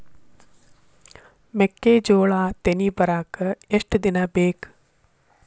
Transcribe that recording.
ಮೆಕ್ಕೆಜೋಳಾ ತೆನಿ ಬರಾಕ್ ಎಷ್ಟ ದಿನ ಬೇಕ್?